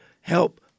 help